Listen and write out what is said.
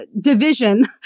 division